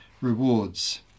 rewards